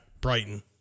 Brighton